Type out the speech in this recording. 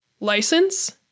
License